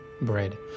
bread